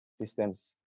systems